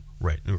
right